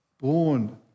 Born